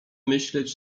myśleć